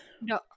No